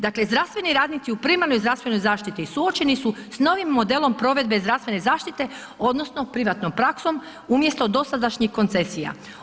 Dakle, zdravstveni radnici u primarnoj zdravstvenoj zaštiti suočeni su s novim modelom provedbe zdravstvene zaštite odnosno privatnom praksom umjesto dosadašnjih koncesija.